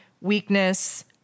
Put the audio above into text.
weakness